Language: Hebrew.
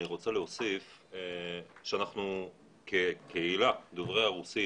אני רוצה להוסיף שאנחנו כקהילה של דוברי הרוסית,